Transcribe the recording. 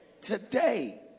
Today